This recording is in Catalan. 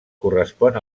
correspon